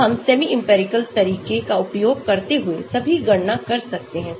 तो हम semi empirical तरीके का उपयोग करते हुए सभी गणना कर सकते हैं